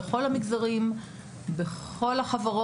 ואנחנו נתקלים באירועים בכל המגזרים ובכל החברות.